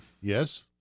Yes